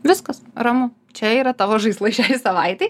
viskas ramu čia yra tavo žaislai šiai savaitei